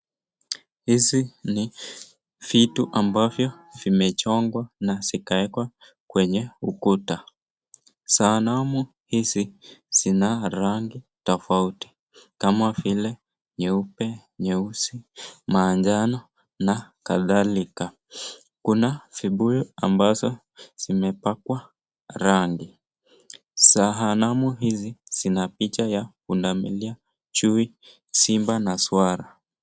Hizi ni vitu ambavyo vimechongwa na zikaekwa kwenye ukuta. Sanamu hizi zina rangi tofauti kama vile nyeupe, nyeusi, manjano na kadhalika. Kuna vibuyu ambazo zimepakwa rangi. Sanamu hizi zina picha ya punda milia, chui, simba na swara.